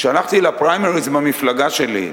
כשהלכתי לפריימריס במפלגה שלי,